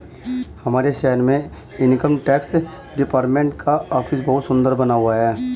हमारे शहर में इनकम टैक्स डिपार्टमेंट का ऑफिस बहुत सुन्दर बना हुआ है